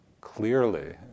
clearly